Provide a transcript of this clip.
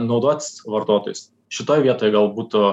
naudotis vartotojus šitoj vietoj gal būtų